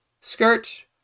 skirt